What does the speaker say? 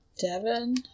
Devin